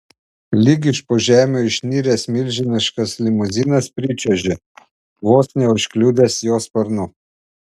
lyg iš po žemių išniręs milžiniškas limuzinas pričiuožė vos neužkliudęs jo sparnu